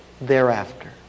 thereafter